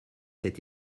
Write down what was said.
cet